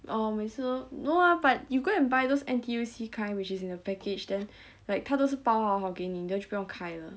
oh 每次哦 no ah but you go and buy those N_T_U_C kind which is in a package then like 他都是包好好给你 then 你就不用开了